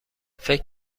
فکر